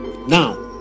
Now